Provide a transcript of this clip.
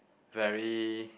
very